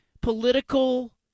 political